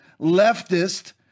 leftist